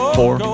four